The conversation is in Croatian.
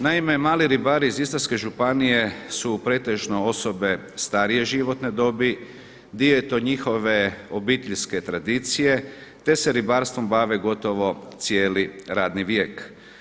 Naime, mali ribari iz Istarske županije su pretežno osobe starije životne dobi, dio je to njihove obiteljske tradicije te se ribarstvom bave gotovo cijeli radni vijek.